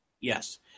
Yes